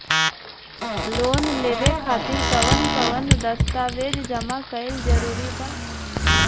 Loan लेवे खातिर कवन कवन दस्तावेज जमा कइल जरूरी बा?